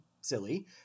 Silly